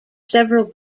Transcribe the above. several